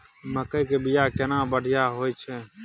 मकई के बीया केना बढ़िया होय छै?